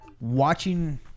watching